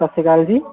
ਸਤਿ ਸ਼੍ਰੀ ਅਕਾਲ ਜੀ